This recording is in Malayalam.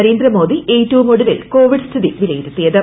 നരേന്ദ്രമോദി ഏറ്റവും ഒടുവിൽ കോവിഡ് സ്ഥിതി വിലയിരുത്തിയത്